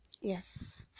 yes